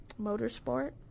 Motorsport